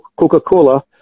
Coca-Cola